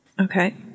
Okay